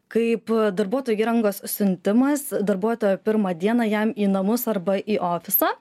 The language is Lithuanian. kaip darbuotojų įrangos siuntimas darbuotojo pirmą dieną jam į namus arba į ofisą